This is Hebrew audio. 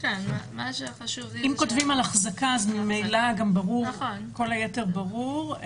אם כותבים החזקה, כל היתר ברור.